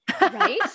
right